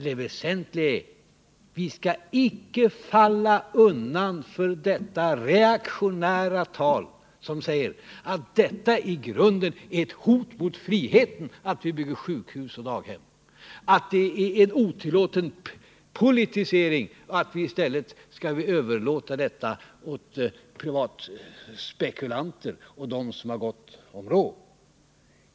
Det väsentliga är dock att vi icke skall falla undan för det reaktionära talet om att det i grunden är ett hot mot friheten att vi bygger sjukhus och daghem —-att det är en otillåten politisering — och att vi i stället skall överlåta detta åt privatspekulanter och andra som har gott om pengar.